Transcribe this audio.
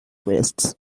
waste